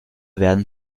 werden